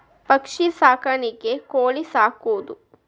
ಪಕ್ಷಿ ಸಾಕಾಣಿಕೆ ಕೋಳಿ ಸಾಕುದು